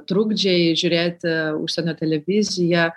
trukdžiai žiūrėti užsienio televiziją